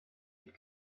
had